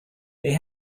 they